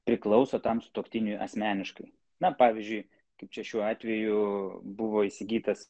priklauso tam sutuoktiniui asmeniškai na pavyzdžiui kaip čia šiuo atveju buvo įsigytas